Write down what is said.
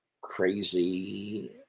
crazy